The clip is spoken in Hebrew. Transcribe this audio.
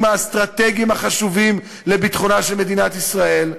האסטרטגיים החשובים לביטחונה של מדינת ישראל,